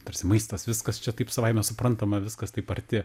tarsi maistas viskas čia taip savaime suprantama viskas taip arti